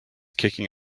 kicking